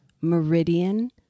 meridian